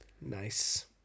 Nice